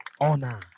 Honor